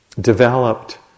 developed